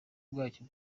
bwacyo